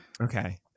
okay